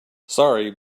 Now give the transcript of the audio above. sorry